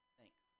Thanks